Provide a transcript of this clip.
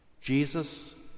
Jesus